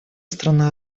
страна